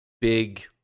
big